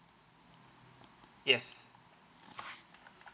yes